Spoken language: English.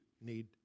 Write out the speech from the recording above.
need